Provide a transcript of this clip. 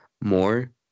more